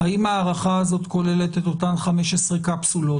האם ההארכה הזאת כוללת את אותם 15 קפסולות,